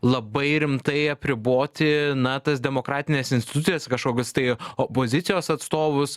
labai rimtai apriboti na tas demokratines institucijas kažkokius tai opozicijos atstovus